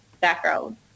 background